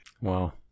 Wow